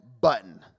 button